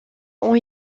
ont